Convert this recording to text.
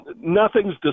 nothing's